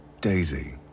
Daisy